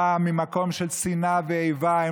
באה ממקום של שנאה ואיבה.